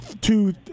two